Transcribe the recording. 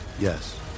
Yes